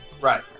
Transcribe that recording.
right